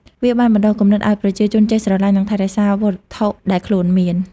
វាបានបណ្ដុះគំនិតឲ្យប្រជាជនចេះស្រលាញ់ និងថែរក្សាវត្ថុដែលខ្លួនមាន។